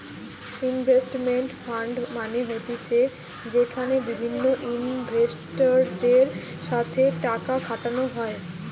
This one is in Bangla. ইনভেস্টমেন্ট ফান্ড মানে হতিছে যেখানে বিভিন্ন ইনভেস্টরদের সাথে টাকা খাটানো হয়